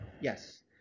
Yes